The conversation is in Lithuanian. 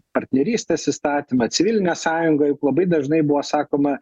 partnerystės įstatymą civilinę sąjungą juk labai dažnai buvo sakoma